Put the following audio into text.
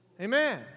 Amen